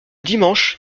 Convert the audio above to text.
dimanche